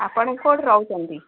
ଆପଣ କେଉଁଠି ରହୁଛନ୍ତି